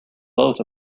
both